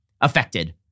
Affected